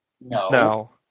No